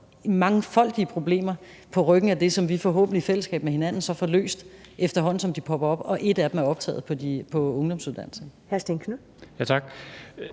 mangfoldige problemer på ryggen af det, som vi forhåbentlig i fællesskab så får løst, efterhånden som de popper op, og et af dem er optaget på ungdomsuddannelserne.